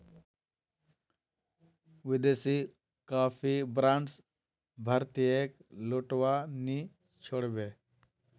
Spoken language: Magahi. विदेशी कॉफी ब्रांड्स भारतीयेक लूटवा नी छोड़ बे